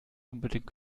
unbedingt